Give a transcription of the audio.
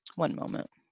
one moment.